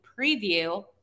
preview